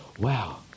wow